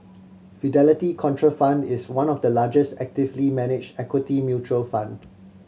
Fidelity Contrafund is one of the largest actively managed equity mutual fund